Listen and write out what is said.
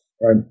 right